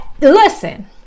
listen